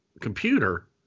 computer